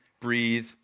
breathe